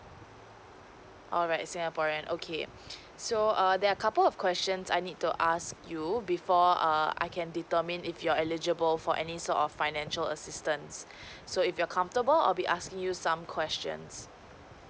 alright singaporean okay so err there are couple of questions I need to ask you before err I can determine if you're eligible for any sort of financial assistance so if you're comfortable I'll be asking you some questions